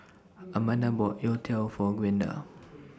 Amanda bought Youtiao For Gwenda